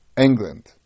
England